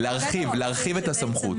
להרחיב את הסמכות,